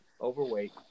Overweight